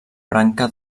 branca